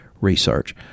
research